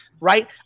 right